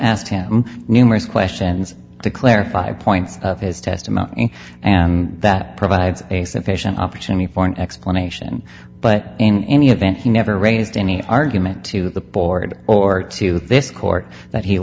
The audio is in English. asked him numerous questions to clarify points his testimony and that provides a sufficient opportunity for an explanation but in any event he never raised any argument to the board or to this court that he